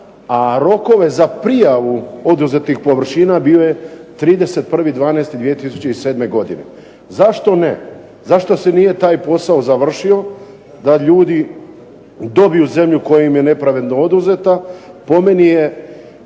a rokove za prijavu oduzetih površina bile 31.12.2007. godine. Zašto ne? Zašto se nije taj posao završio da ljudi dobiju zemlju koja im je nepravedno oduzeta. Po meni je